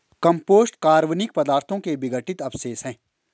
compost कार्बनिक पदार्थों के विघटित अवशेष हैं